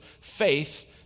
faith